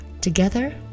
Together